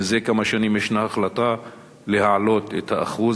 מזה כמה שנים ישנה החלטה להעלות את האחוז.